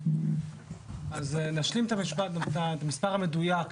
אז נשלים את המשפט, את המספר המדויק.